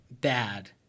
bad